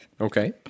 Okay